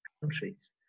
countries